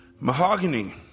Mahogany